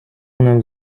اونم